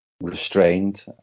restrained